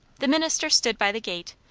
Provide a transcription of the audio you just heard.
the minister stood by the gate,